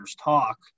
talk